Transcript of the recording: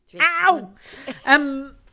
Ow